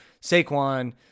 Saquon